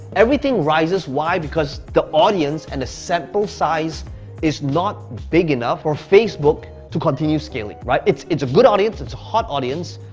everything rises, why? because the audience and the sample size is not big enough for facebook to continue scaling, right? it's it's a good audience, it's a hot audience.